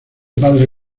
padre